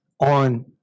on